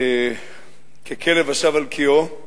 ככלב השב על קיאו,